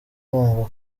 kumva